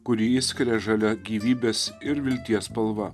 kurį išskiria žalia gyvybės ir vilties spalva